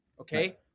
okay